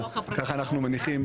ככה אנחנו מניחים,